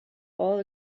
all